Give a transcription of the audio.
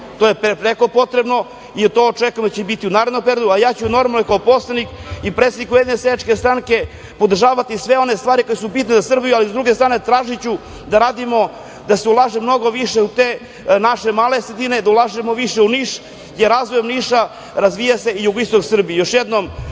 to je prekopotrebno, i to očekujemo da će biti u narednom periodu, a ja ću normalno i kao poslanik i predsednik Ujedinjene seljačke stranke podržavati sve one stvari koje su bitne za Srbiju, ali s druge strane tražiću da radimo, da se ulaže mnogo više u te naše male sredine, da ulažemo više u Niš, jer razvojem Niša razvija se i jugoistok Srbije. Još